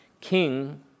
King